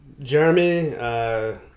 Jeremy